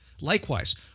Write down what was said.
Likewise